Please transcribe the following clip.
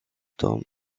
tome